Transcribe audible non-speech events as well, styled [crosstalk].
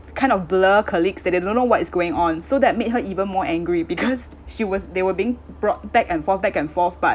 kind of blur colleagues that they don't know what is going on so that made her even more angry because [laughs] she was they were being brought back and forth back and forth but